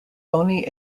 only